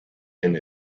and